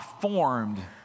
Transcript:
formed